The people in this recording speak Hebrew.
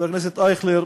חבר הכנסת אייכלר,